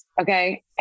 okay